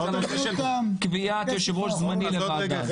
לנושא של קביעת יושב-ראש זמני לוועדה.